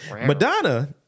Madonna